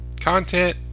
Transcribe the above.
content